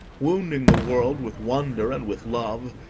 wounding the world with wonder and with love,